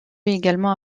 également